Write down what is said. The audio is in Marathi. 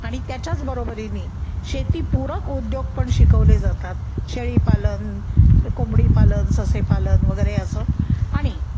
आणि त्याच्याच बरोबरीने शेतीपूरक उद्योग पण शिकवले जातात शेळीपालन कोंबडीपालन ससेपालन वगैरे असं आणि